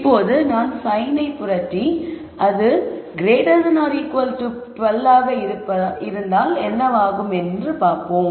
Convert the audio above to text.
இப்போது நாம் சைனை புரட்டி அது 12 ஆக இருந்தால் என்னவாகும் என்பதைப் பார்ப்போம்